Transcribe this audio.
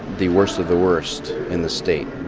the worst of the worst in the state.